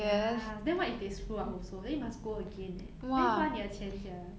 ya then what if they screw up also then you must go again eh then 花你的钱 sia